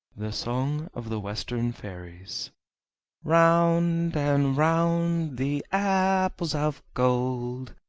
the song of the western fairies round and round the apples of gold,